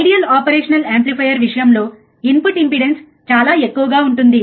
ideal operational amplifier విషయంలో input impedance చాలా ఎక్కువగా ఉంటుంది